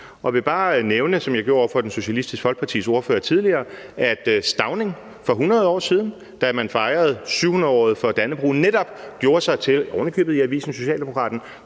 tidligere, at Stauning for 100 år siden, da man fejrede 700-året for dannebrog, netop og ovenikøbet i avisen Socialdemokraten